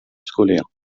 scolaire